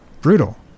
brutal